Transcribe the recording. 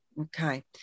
Okay